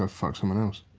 ah fuck someone else.